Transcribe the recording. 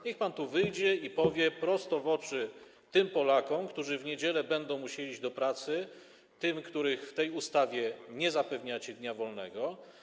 Niech pan tu wyjdzie i powie to prosto w oczy tym Polakom, którzy w niedziele będą musieli iść do pracy, tym, którym w tej ustawie nie zapewniacie dnia wolnego.